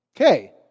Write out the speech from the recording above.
Okay